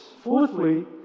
Fourthly